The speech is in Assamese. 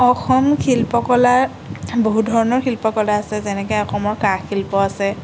অসম শিল্পকলা বহুত ধৰণৰ শিল্পকলা আছে যেনেকৈ অসমৰ কাঁহ শিল্প আছে